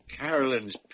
Carolyn's